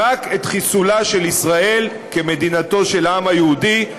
רק את חיסולה של ישראל כמדינתו של העם היהודי.